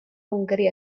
hwngari